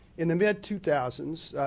in the mid two thousand